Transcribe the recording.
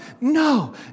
no